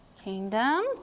kingdom